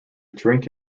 drink